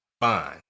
fine